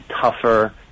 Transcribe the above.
tougher